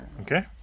Okay